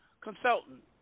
consultant